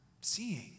seeing